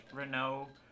renault